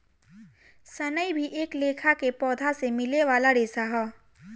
सनई भी एक लेखा के पौधा से मिले वाला रेशा ह